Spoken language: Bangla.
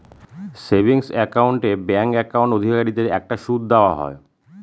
সেভিংস একাউন্ট এ ব্যাঙ্ক একাউন্ট অধিকারীদের একটা সুদ দেওয়া হয়